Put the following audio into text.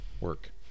work